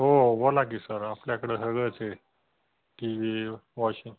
हो बोला की सर आपल्याकडं सगळंच आहे टी वी वॉशिंग